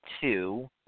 two